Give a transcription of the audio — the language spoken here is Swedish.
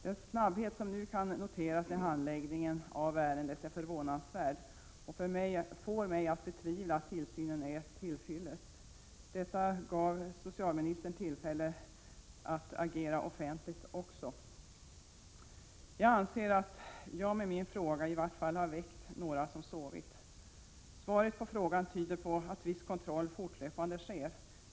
Den snabbhet som nu kan noteras när det gäller handläggningen av ärendet är förvånansvärd och får mig att betvivla att tillsynen är till fyllest. Det inträffade gav socialministern tillfälle att också agera offentligt. Jag anser att jag med min fråga i varje fall har väckt några som sovit. Svaret på frågan tyder på att viss kontroll fortfarande sker.